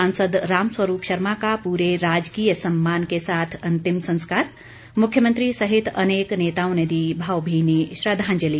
सांसद रामस्वरूप शर्मा का पूरे राजकीय सम्मान के साथ अंतिम संस्कार मुख्यमंत्री सहित अनेक नेताओं ने दी भावभीनी श्रद्वांजलि